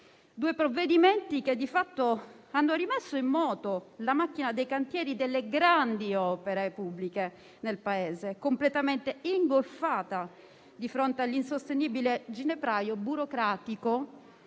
Due provvedimenti che, di fatto, hanno rimesso in moto la macchina dei cantieri delle grandi opere pubbliche nel Paese, completamente ingolfata di fronte all'insostenibile ginepraio burocratico